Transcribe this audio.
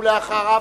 ואחריו,